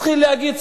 התחיל להגיד,